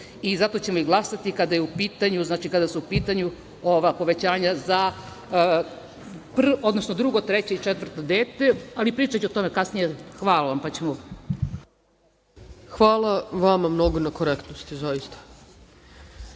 zato ćemo i glasati kada su u pitanju ova povećanja za drugo, treće i četvrto dete, ali pričaću o tome kasnije. Hvala. **Ana Brnabić** Hvala vama mnogo na korektnosti, zaista. Na